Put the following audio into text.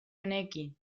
honekin